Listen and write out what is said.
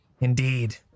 Indeed